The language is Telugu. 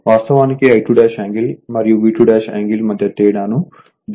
వాస్తవానికి I2యాంగిల్ మరియు V2 యాంగిల్ మధ్య తేడా ను డిఫరెన్స్ యాంగిల్ అంటాము